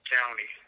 County